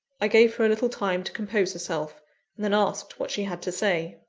i gave her a little time to compose herself and then asked what she had to say.